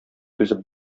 түзеп